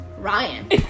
Ryan